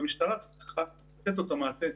והמשטרה צריכה לתת לו את המעטה.